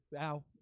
Ow